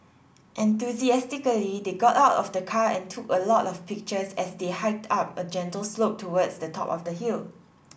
enthusiastically they got out of the car and took a lot of pictures as they hiked up a gentle slope towards the top of the hill